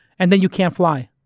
and then you can't fly.